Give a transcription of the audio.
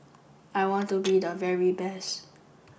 I want to be the very best